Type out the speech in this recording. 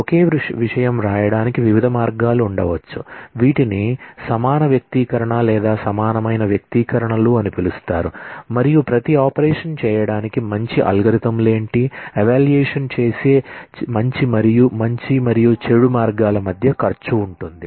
ఒకే విషయం వ్రాయడానికి వివిధ మార్గాలు ఉండవచ్చు వీటిని సమాన వ్యక్తీకరణ లేదా సమానమైన వ్యక్తీకరణలు అని పిలుస్తారు మరియు ప్రతి ఆపరేషన్ చేయడానికి మంచి అల్గోరిథంలు ఏమిటి మూల్యాంకనం చేసే మంచి మరియు చెడు మార్గాల మధ్య ఖర్చు ఉంటుంది